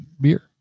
beer